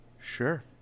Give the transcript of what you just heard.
Sure